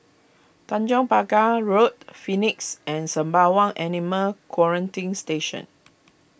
Tanjong Pagar Road Phoenix and Sembawang Animal Quarantine Station